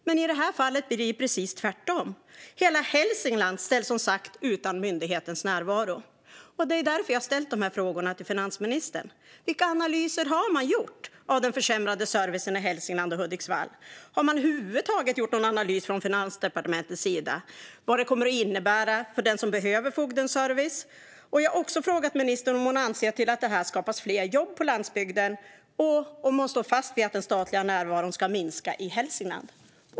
Men i det här fallet blir det precis tvärtom: Hela Hälsingland ställs som sagt utan myndighetens närvaro. Det är därför jag har ställt de här frågorna till finansministern. Vilka analyser har man gjort av den försämrade servicen i Hälsingland och Hudiksvall? Har man över huvud taget gjort någon analys från Finansdepartementets sida av vad det här kommer att innebära för den som behöver fogdens service? Jag har också frågat ministern om hon anser att detta skapar fler jobb på landsbygden och om hon står fast vid att den statliga närvaron ska minska i Hälsingland.